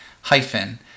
hyphen